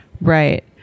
right